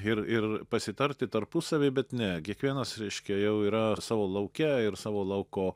ir ir pasitarti tarpusavyje bet ne kiekvienas reiškia jau yra savo lauke ir savo lauko